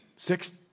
Six